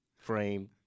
frame